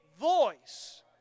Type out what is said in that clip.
voice